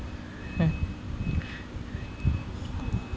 mm